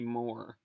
more